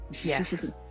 yes